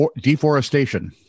deforestation